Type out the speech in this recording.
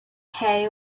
hay